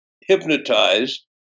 hypnotized